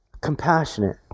Compassionate